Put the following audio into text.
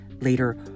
later